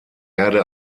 erde